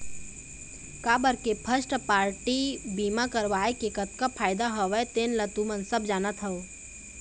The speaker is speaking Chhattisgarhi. काबर के फस्ट पारटी बीमा करवाय के कतका फायदा हवय तेन ल तुमन सब जानत हव